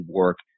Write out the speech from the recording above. work